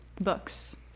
Books